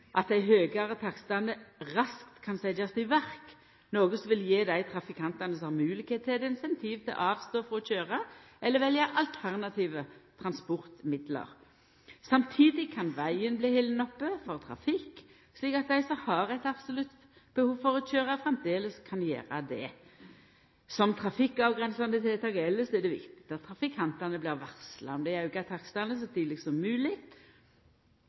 at dei høgare takstane raskt kan setjast i verk, noko som vil gje dei trafikantane som har moglegheit til det, incentiv til å avstå frå å køyra eller velja alternative transportmiddel. Samstundes kan vegen bli halden open for trafikk, slik at dei som har eit absolutt behov for å køyra, framleis kan gjera det. Som ved trafikkavgrensande tiltak elles er det viktig at trafikantane blir varsla om dei auka takstane så tidleg som